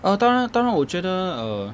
err 当然当然我觉得 err